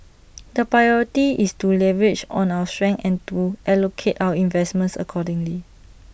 the priority is to leverage our strengths and to allocate our investments accordingly